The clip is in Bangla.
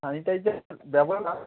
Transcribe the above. আমি তাই যাব না